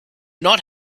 not